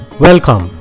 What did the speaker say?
Welcome